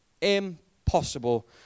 impossible